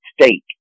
State